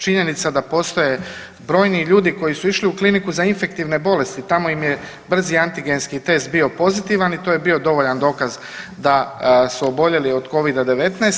Činjenica da postoje brojni ljudi koji su išli u Kliniku za infektivne bolesti tamo im je brzi antigenski test bio pozitivan i to je bio dovoljan dokaz da su oboljeli od Covida-19.